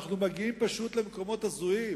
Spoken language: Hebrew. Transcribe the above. אנחנו פשוט מגיעים למקומות הזויים.